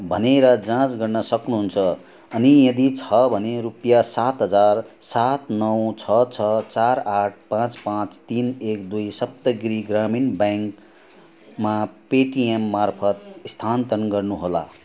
भनेर जाँच गर्न सक्नुहुन्छ अनि यदि छ भने रुपियाँ सात हजार सात नौ छ छ चार आठ पाँच पाँच तिन एक दुई सप्तगिरी ग्रामीण ब्याङ्कमा पेटीएम मार्फत स्थानान्तर गर्नुहोला